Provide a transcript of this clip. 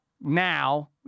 now